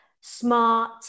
smart